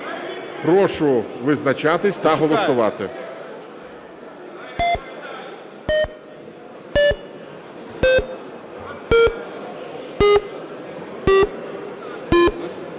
Прошу визначатися та голосувати.